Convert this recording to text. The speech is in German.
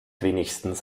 wenigstens